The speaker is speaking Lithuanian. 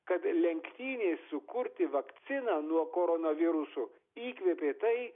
kad lenktynės sukurti vakciną nuo koronavirusų įkvėpė tai